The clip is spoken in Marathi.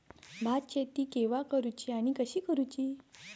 भात शेती केवा करूची आणि कशी करुची?